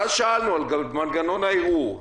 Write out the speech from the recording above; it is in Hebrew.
ואז שאלנו על מנגנון הערעור.